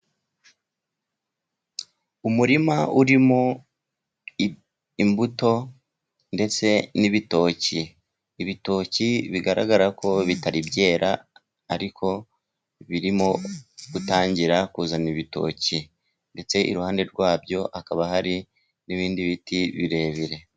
Umurima urimo imbuto ndetse n'ibitoki. Ibitoki bigaragara ko bitari byera, ariko birimo gutangira kuzana ibitoki. Ndetse iruhande rwabyo hakaba hari n'ibindi biti birebire.